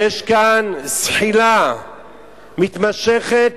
יש כאן זחילה מתמשכת